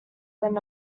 than